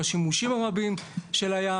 והשימושים הרבים של הים,